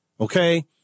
okay